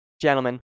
gentlemen